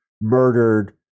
murdered